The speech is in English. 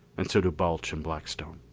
and so do balch and blackstone.